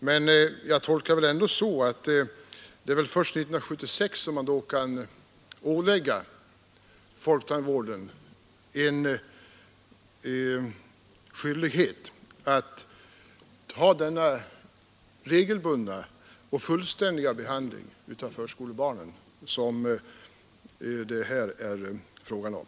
Men jag tolkar ändå bestämmelsen så att det är först 1976 som man kan ålägga folktandvården skyldighet att ha denna regelbundna och fullständiga behandling av förskolebarnen som det här är fråga om.